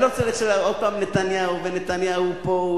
אני לא רוצה עוד פעם נתניהו ונתניהו פה,